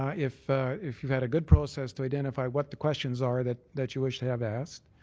ah if if you've had a good process to identify what the questions are that that you wish to have asked,